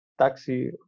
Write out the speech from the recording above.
taxi